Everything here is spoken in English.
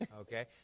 okay